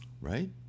Right